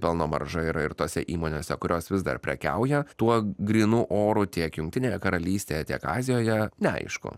pelno marža yra ir tose įmonėse kurios vis dar prekiauja tuo grynu oru tiek jungtinėje karalystėje tiek azijoje neaišku